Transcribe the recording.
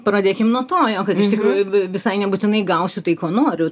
pradėkim nuo to jog iš tikrųjų vi visai nebūtinai gausiu tai ko noriu